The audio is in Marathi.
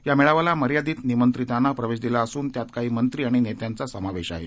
या मेळाव्याला मर्यादित निमंत्रितांना प्रवेश दिला असून त्यात काही मंत्री आणि नेत्यांचा समावेश आहे